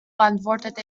antwortete